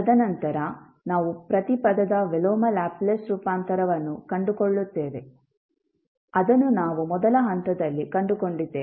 ತದನಂತರ ನಾವು ಪ್ರತಿ ಪದದ ವಿಲೋಮ ಲ್ಯಾಪ್ಲೇಸ್ ರೂಪಾಂತರವನ್ನು ಕಂಡುಕೊಳ್ಳುತ್ತೇವೆ ಅದನ್ನು ನಾವು ಮೊದಲ ಹಂತದಲ್ಲಿ ಕಂಡುಕೊಂಡಿದ್ದೇವೆ